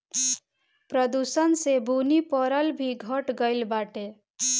प्रदूषण से बुनी परल भी घट गइल बाटे